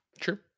Sure